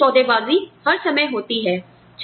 सामूहिक सौदेबाजी हर समय होती है